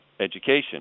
education